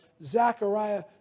Zechariah